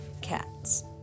cats